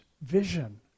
vision